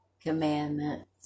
commandments